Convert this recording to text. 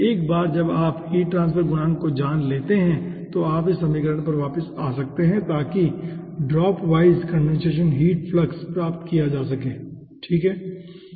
एक बार जब आप हीट ट्रांसफर गुणांक को जान लेते हैं तो आप इस समीकरण पर वापस जा सकते हैं ताकि dropwise condensation heat flux प्राप्त किया जा सके ठीक है